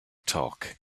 talk